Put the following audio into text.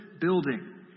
building